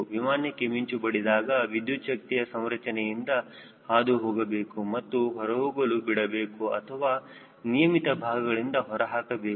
ವಿಮಾನಕ್ಕೆ ಮಿಂಚು ಬಡಿದಾಗ ವಿದ್ಯುಚ್ಛಕ್ತಿಯು ಸಂರಚನೆಯಿಂದ ಹಾದುಹೋಗಬೇಕು ಮತ್ತು ಹೊರಹೋಗಲು ಬಿಡಬೇಕು ಅಥವಾ ನಿಯಮಿತ ಭಾಗಗಳಿಂದ ಹೊರಹಾಕಬೇಕು